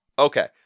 Okay